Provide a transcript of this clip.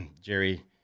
Jerry